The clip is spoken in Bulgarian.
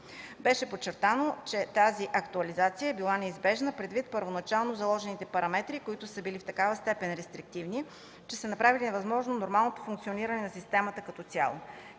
Беше подчертано, че тази актуализация е била неизбежна, предвид първоначално заложените параметри, които са били в такава степен рестриктивни, че са направили невъзможно нормалното функциониране на системата като цяло.